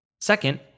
Second